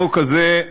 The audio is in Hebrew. החוק הזה,